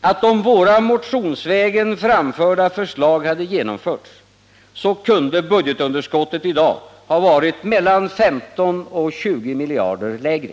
att om våra motionsvägen framförda förslag hade genomförts, så kunde budgetunderskottet i dag ha varit mellan 15 och 20 miljarder lägre.